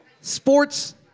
sports